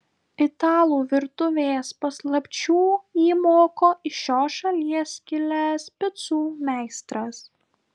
italų virtuvės paslapčių jį moko iš šios šalies kilęs picų meistras